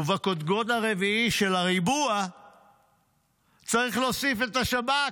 ובקודקוד הרביעי של הריבוע צריך להוסיף את השב"כ,